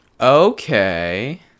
Okay